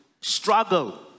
struggle